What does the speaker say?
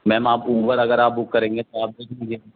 میم آپ اوبر اگر آپ بک کریں گے تو آپ